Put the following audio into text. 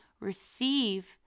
receive